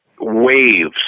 waves